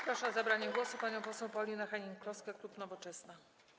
Proszę o zabranie głosu panią poseł Paulinę Hennig-Kloskę, klub Nowoczesna.